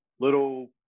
little